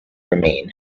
remain